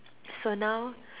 so now